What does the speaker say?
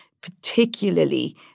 particularly